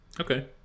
Okay